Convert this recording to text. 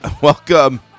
welcome